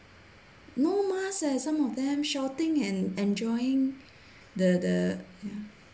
no mah some of them shouting and enjoying the the